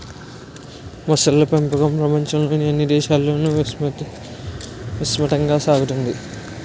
మొసళ్ళ పెంపకం ప్రపంచంలోని అన్ని దేశాలలోనూ విస్తృతంగా సాగుతోంది